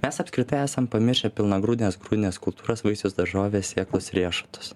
mes apskritai esam pamiršę pilnagrūdes grūdines kultūras vaisius daržoves sėklus riešutus